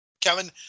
Kevin